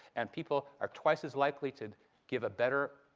and people are twice as likely to give a better,